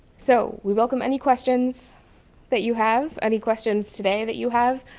so we welcome any questions that you have, any questions today that you have,